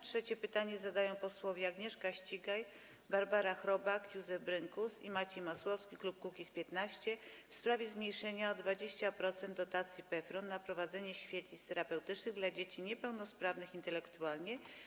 Trzecie pytanie zadają posłowie Agnieszka Ścigaj, Barbara Chrobak, Józef Brynkus i Maciej Masłowski, klub Kukiz’15, w sprawie zmniejszenia o 20% dotacji PFRON na prowadzenie świetlic terapeutycznych dla dzieci niepełnosprawnych intelektualnie.